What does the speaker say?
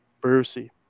Brucey